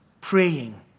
praying